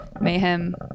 mayhem